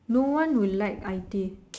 no one would like I T